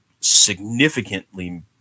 significantly